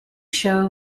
show